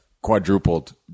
quadrupled